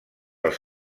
els